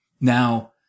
Now